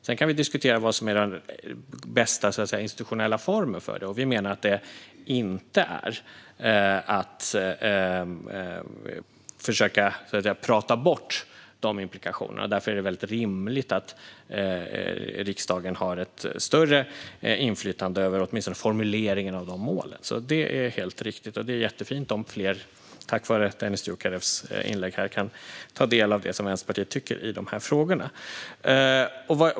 Sedan kan det diskuteras vad som är den bästa institutionella formen för dem, och vi menar att det inte är att försöka prata bort de implikationerna. Därför är det väldigt rimligt att riksdagen har större inflytande över formuleringen av de målen. Det är helt riktigt, och det är jättefint om fler tack vare Dennis Dioukarevs inlägg kan ta del av det Vänsterpartiet tycker i de här frågorna.